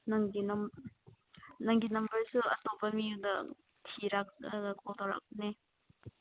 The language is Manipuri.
ꯅꯪꯒꯤ ꯅꯪꯒꯤ ꯅꯝꯕꯔꯁꯨ ꯑꯇꯣꯞꯄ ꯃꯤꯗ ꯊꯤꯔꯛꯂꯒ ꯀꯣꯜ ꯇꯧꯔꯛꯄꯅꯦ